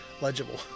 legible